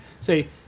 Say